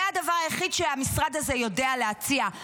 זה הדבר היחיד שהמשרד הזה יודע להציע,